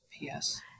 Yes